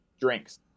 drinks